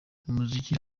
umuziki